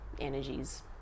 energies